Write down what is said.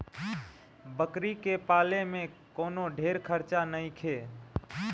बकरी के पाले में कवनो ढेर खर्चा नईखे